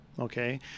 Okay